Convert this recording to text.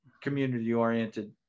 community-oriented